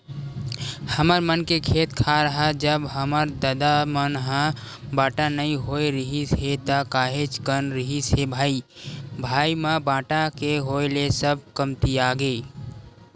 हमर मन के खेत खार ह जब हमर ददा मन ह बाटा नइ होय रिहिस हे ता काहेच कन रिहिस हे भाई भाई म बाटा के होय ले सब कमतियागे